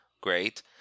great